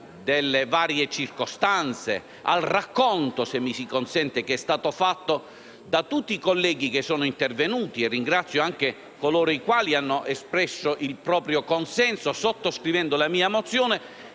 delle varie circostanze, al racconto, se mi si consente, che è stato fatto da tutti i colleghi intervenuti - e ringrazio anche coloro i quali hanno espresso il proprio consenso sottoscrivendo la mia mozione